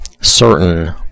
certain